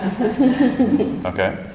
okay